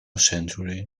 century